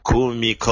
Kumi